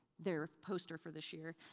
their poster for this year.